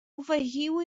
afegiu